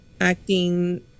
acting